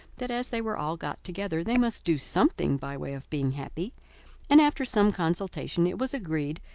that as they were all got together, they must do something by way of being happy and after some consultation it was agreed,